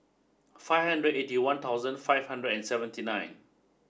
five hundred eighty one thousand five hundred and seventy nine